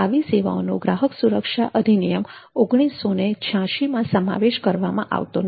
આવી સેવાઓનો ગ્રાહક સુરક્ષા અધિનિયમ ૧૯૮૬માં સમાવેશ કરવામાં આવતો નથી